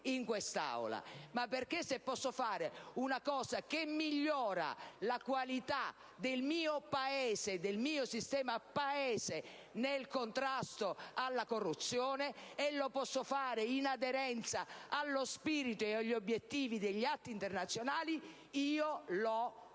perché, se posso attuare una misura che migliora la qualità del mio sistema Paese nel contrasto alla corruzione, e posso farlo in aderenza allo spirito e agli obiettivi degli atti internazionali, io lo faccio,